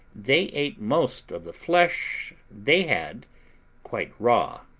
they ate most of the flesh they had quite raw.